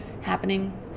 happening